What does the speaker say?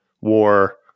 war